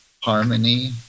harmony